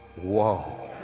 whoa!